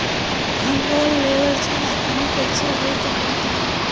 हम लोन लेवल चाहऽ तनि कइसे होई तनि बताई?